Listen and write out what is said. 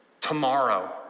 tomorrow